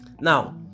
Now